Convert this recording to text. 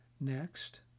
Next